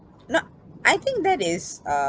no~ I think that is uh